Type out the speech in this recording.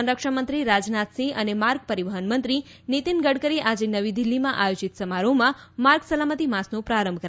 સંરક્ષણમંત્રી રાજનાથ સિંહ અને માર્ગ પરિવહન મંત્રી નિતીન ગડકરી આજે નવી દિલ્હીમાં આયોજીત સમારોહમાં માર્ગ સલામતી માસનો પ્રારંભ કરાવ્યો છે